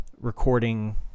recording